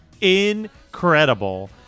incredible